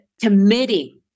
committing